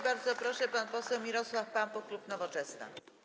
Bardzo proszę, pan poseł Mirosław Pampuch, klub Nowoczesna.